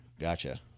Gotcha